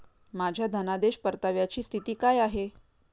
माझ्या धनादेश परताव्याची स्थिती काय आहे?